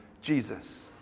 Jesus